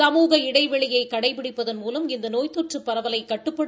சமூக இடைவெளியை கடைபிடிப்பதன் மூலம் இந்த நோய் தொற்று பரவலை கட்டுப்படுத்த